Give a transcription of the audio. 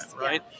right